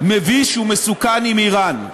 מביש ומסוכן עם איראן.